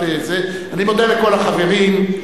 אני מודה לכל החברים,